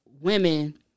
women